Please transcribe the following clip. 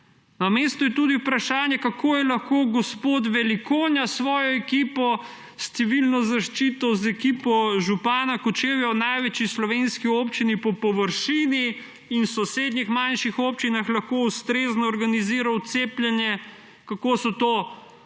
Na mestu je tudi vprašanje, kako je lahko gospod Velikonja s svojo ekipo, s Civilno zaščito, z ekipo župana Kočevja v največji slovenski občini po površini in sosednjih manjših občinah ustrezno organiziral cepljenje, kako so to